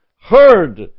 heard